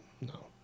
no